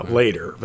later